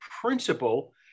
principle